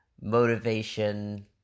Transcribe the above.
motivation